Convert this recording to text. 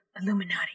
Illuminati